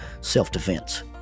self-defense